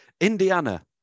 Indiana